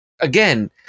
again